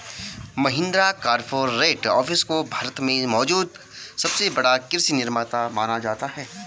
Mahindra corporate office को भारत में मौजूद सबसे बड़ा कृषि निर्माता माना जाता है